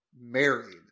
married